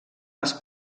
les